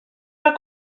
mae